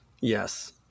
Yes